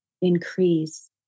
Increase